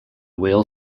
whale